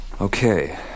Okay